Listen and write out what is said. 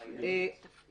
5... בלי